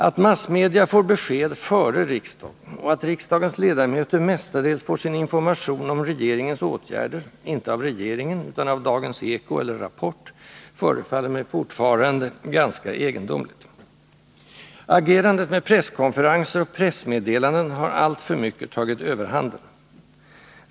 Att massmedia får besked före riksdagen och att riksdagens ledamöter mestadels får sin information om regeringens åtgärder inte av regeringen utan av Dagens Eko eller Rapport förefaller mig fortfarande ganska egendomligt. Agerandet med presskonferenser och pressmeddelanden har alltför mycket tagit överhanden.